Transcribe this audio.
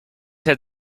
had